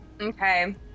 Okay